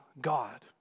God